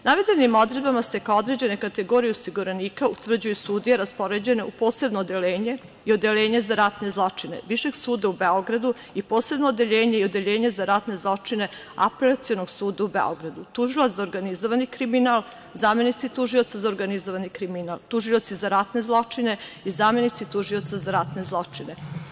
Navedenim odredbama se kao određene kategorije osiguranika utvrđuju sudije raspoređene u Posebno odeljenje i Odeljenje za ratne zločine Višeg suda u Beograda i Posebno odeljenje i Odeljenje za ratne zločine Apelacionog suda u Beogradu, tužilac za organizovani kriminal, zamenici tužioca za organizovani kriminal, tužioci za ratne zločine i zamenici tužioca za ratne zločine.